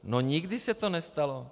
No nikdy se to nestalo!